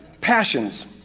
passions